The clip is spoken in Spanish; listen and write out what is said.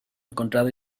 encontrado